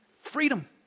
Freedom